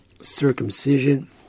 circumcision